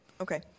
Okay